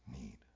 need